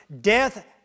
death